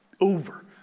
Over